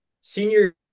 Senior